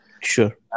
Sure